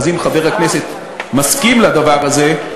אם חבר הכנסת מסכים לדבר הזה,